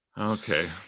Okay